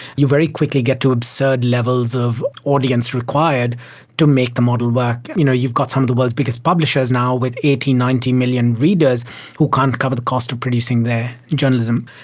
you very quickly get to absurd levels of audience required to make the model work. you know, you've got some of the world's biggest publishers now with eighteen million, nineteen million readers who can't cover the cost of producing their journalism.